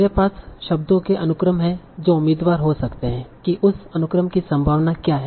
मेरे पास शब्दों के अनुक्रम हैं जो उम्मीदवार हो सकते हैं की उस अनुक्रम की संभावना क्या है